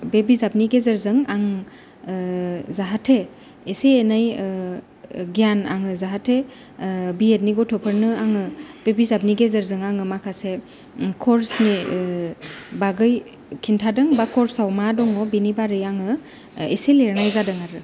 बे बिजाबनि गेजेरजों आं जाहाथे एसे एनै गियान आङो जाहाथे भियेटनि गथ'फोरनो आङो बे बिजाबनि गेजेरजों आङो माखासे कर्सनि बागै खिन्थादों बा कर्स आव मा दङ बिनि बारै आङो एसे लिरनाय जादों आरो